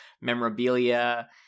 memorabilia